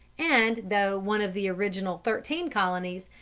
and, though one of the original thirteen colonies,